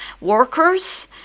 workers